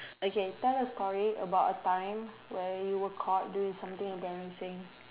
okay tell a story about a time when you were caught doing something embarrassing